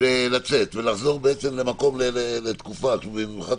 לצאת לתקופה, במיוחד